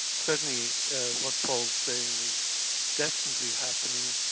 certainly what paul's saying is definitely happening,